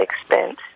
expense